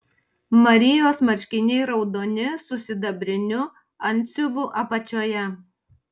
marijos marškiniai raudoni su sidabriniu antsiuvu apačioje